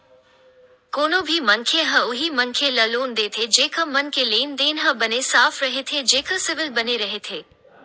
कोनो भी मनखे ह उही मनखे ल लोन देथे जेखर मन के लेन देन ह बने साफ रहिथे जेखर सिविल बने रहिथे